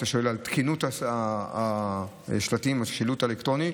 אתה שואל על תקינות השילוט האלקטרוני,